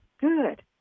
Good